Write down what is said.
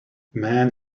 man